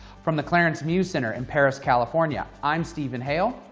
from the clarence muse center in perris, california, i'm stephen hale,